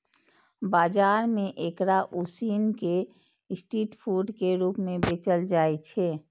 बाजार मे एकरा उसिन कें स्ट्रीट फूड के रूप मे बेचल जाइ छै